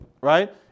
Right